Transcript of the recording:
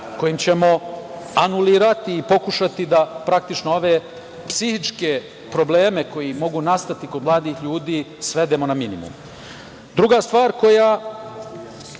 kojom ćemo anulirati i pokušati da praktično ove psihičke probleme koji mogu nastati kod mladih ljudi svedemo na minimum. Druga stvar koja